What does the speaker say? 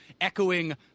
echoing